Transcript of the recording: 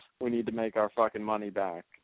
we-need-to-make-our-fucking-money-back